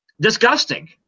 disgusting